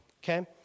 Okay